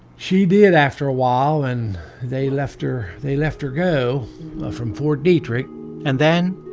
she did after a while, and they left her they left her go from fort detrick and then,